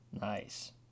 Nice